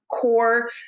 core